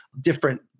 different